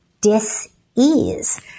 dis-ease